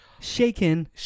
Shaken